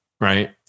right